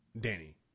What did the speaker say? Danny